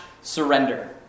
surrender